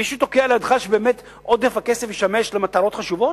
מישהו תוקע לידך שבאמת עודף הכסף ישמש למטרות חשובות?